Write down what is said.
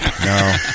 no